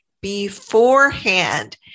beforehand